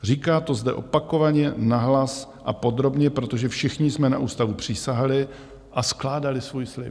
Říkám to zde opakovaně, nahlas a podrobně, protože všichni jsme na ústavu přísahali a skládali svůj slib.